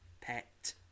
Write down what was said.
pet